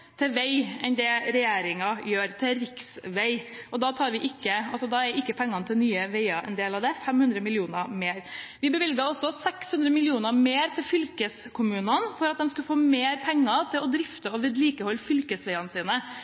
til vei enn det regjeringen gjør – til riksvei. Da er ikke pengene til Nye Veier en del av det. Vi foreslo også å bevilge 600 mill. kr mer til fylkeskommunene for at de skulle få mer penger til å drifte og vedlikeholde fylkesveiene.